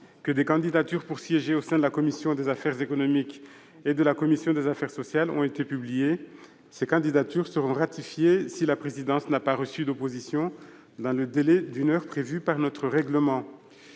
que des candidatures pour siéger au sein de la commission des affaires économiques et de la commission des affaires sociales ont été publiées. Ces candidatures seront ratifiées si la présidence n'a pas reçu d'opposition dans le délai d'une heure prévu par le règlement.